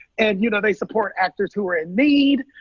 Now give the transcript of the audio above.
and, you know, they support actors who are in need.